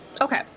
Okay